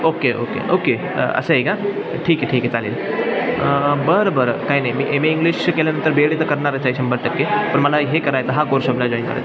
okay okay okay असं आहे का ठीक आहे ठीक आहे चालेल बर बरं काही नाही मी एम ए इंग्लिश केल्यानंतर बीएच डी तर करणारच आहे शंभर टक्के पण मला हे करायचं हा कोर्स जॉईन करायचा आहे